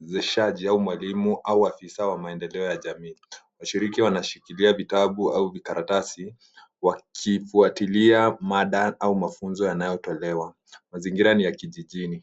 mwezeshaji au mwalimu, au afisa wa maendeleo ya jamii. Washiriki wanashikilia vitabu au vikaratasi, wakifuatilia mada au mafunzo yanayotolewa. Mazingira ni ya kijijini.